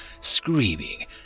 screaming